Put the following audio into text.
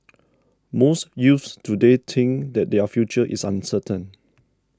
most youths today think that their future is uncertain